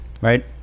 right